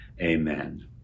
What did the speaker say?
amen